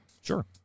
Sure